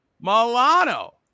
Milano